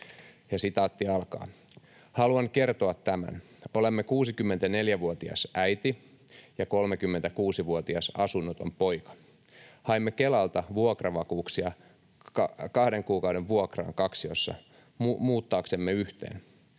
menoissa.” ”Haluan kertoa tämän: Olemme 64-vuotias äiti ja 36-vuotias asunnoton poika. Haimme Kelalta vuokravakuuksia kahden kuukauden vuokraan kaksiossa muuttaaksemme yhteen.